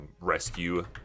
rescue